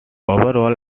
overall